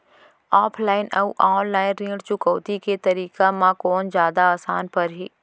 Offline अऊ online ऋण चुकौती के तरीका म कोन जादा आसान परही?